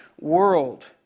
world